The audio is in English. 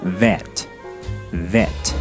vet”，“vet”，